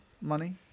Money